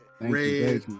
Red